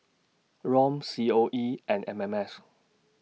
Rom C O E and M M S